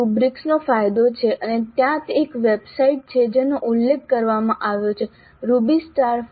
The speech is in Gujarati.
તે રુબ્રિક્સનો ફાયદો છે અને ત્યાં એક વેબસાઇટ છે જેનો ઉલ્લેખ કરવામાં આવ્યો છે rubistar